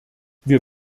wir